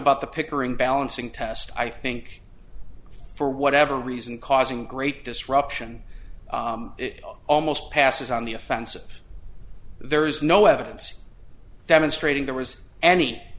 about the pickering balancing test i think for whatever reason causing great disruption it almost passes on the offensive there is no evidence that constraining there was any